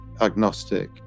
agnostic